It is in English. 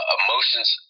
emotions